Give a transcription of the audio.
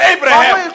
Abraham